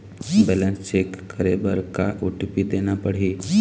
Balance check करे बर का ओ.टी.पी देना चाही?